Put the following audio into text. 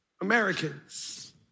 Americans